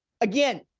Again